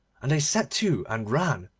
and they set to and ran,